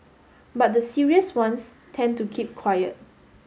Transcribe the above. but the serious ones tend to keep quiet